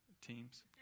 team's